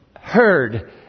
Heard